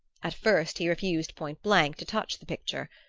at first he refused point-blank to touch the picture.